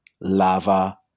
lava